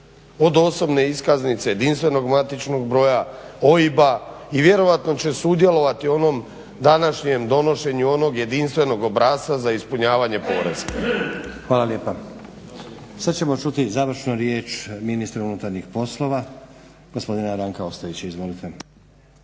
od osobne iskaznice, JMBG-a, OIB-a i vjerojatno će sudjelovati u onom današnjem donošenju onog jedinstvenog obrasca za ispunjavanje poreza. **Stazić, Nenad (SDP)** Hvala lijepa. Sada ćemo čuti završnu riječ ministra unutarnjih poslova gospodina Ranka Ostojića. Izvolite.